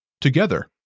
Together